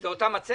זו אותה מצגת?